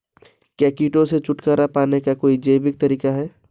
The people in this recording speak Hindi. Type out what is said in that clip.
क्या कीटों से छुटकारा पाने का कोई जैविक तरीका है?